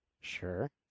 Sure